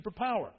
superpower